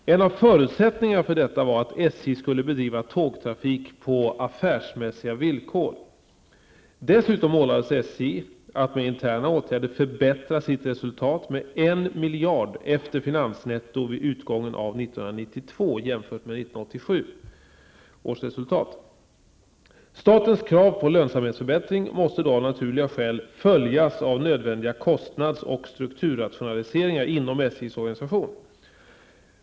En av förutsättningarna för detta var att SJ skulle bedriva tågtrafik på affärsmässiga villkor. Dessutom ålades SJ att med interna åtgärder förbättra sitt resultat med 1 miljard efter finansnetto vid utgången av 1992, jämfört med 1987 års resultat. Statens krav på lönsamhetsförbättring måste då av naturliga skäl följas av nädvändiga kostnads och strukturrationaliseringar inom SJs organisation.